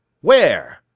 Where